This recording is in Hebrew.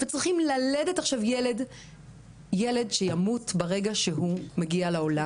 וצריכים ללדת עכשיו ילד שימות ברגע שהוא יגיע לעולם,